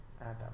Adam